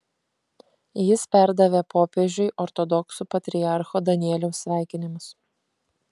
jis perdavė popiežiui ortodoksų patriarcho danieliaus sveikinimus